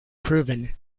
proven